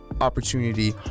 opportunity